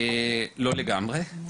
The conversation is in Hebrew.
לא לגמרי.